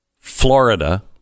Florida